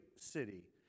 city